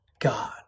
God